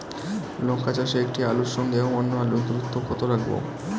লঙ্কা চাষে একটি আলুর সঙ্গে অন্য আলুর দূরত্ব কত রাখবো?